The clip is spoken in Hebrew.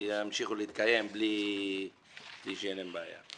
ימשיכו להתקיים בלי שתהיה להם בעיה.